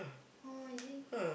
oh is it